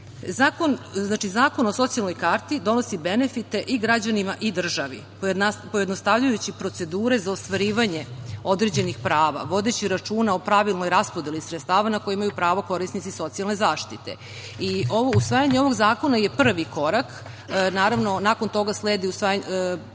o socijalnoj karti donosi benefite i građanima i državi, pojednostavljujući procedure za ostvarivanje određenih prava, vodeći računa o pravilnoj raspodeli sredstava na koje imaju pravo korisnici socijalne zaštite i usvajanje ovog zakona je prvi korak. Naravno, nakon toga sledi izrada